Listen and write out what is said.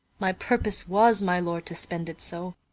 my purpose was, my lord, to spend it so,